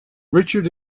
richard